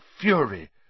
fury